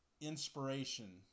inspiration